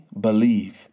believe